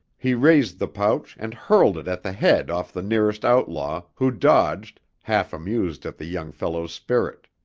he raised the pouch and hurled it at the head off the nearest outlaw, who dodged, half amused at the young fellow's spirit.